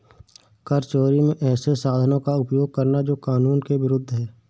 कर चोरी में ऐसे साधनों का उपयोग करना जो कानून के विरूद्ध है